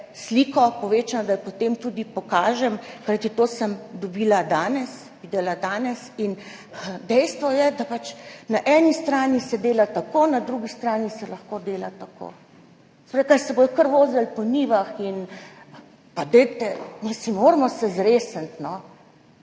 sliko, da jo potem tudi pokažem, kajti to sem dobila danes, videla danes. Dejstvo je, da se pač na eni strani dela tako, na drugi strani se lahko dela tako, se pravi se bodo kar vozili po njivah. Pa dajte, no, moramo se zresniti! S